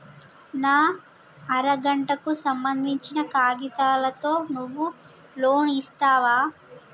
నా అర గంటకు సంబందించిన కాగితాలతో నువ్వు లోన్ ఇస్తవా?